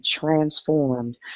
transformed